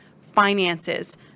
finances